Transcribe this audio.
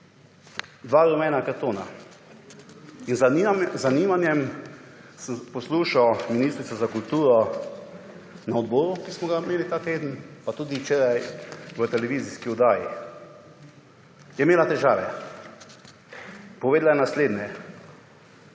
Dva rumena kartona. Z zanimanjem sem poslušal ministrico za kulturo na odboru, ki smo ga imeli ta teden, pa tudi včeraj v televizijski oddaji. Je imela težave. Povedala je naslednje: